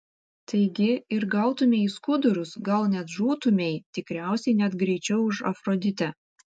taigi ir gautumei į skudurus gal net žūtumei tikriausiai net greičiau už afroditę